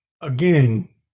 again